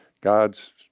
God's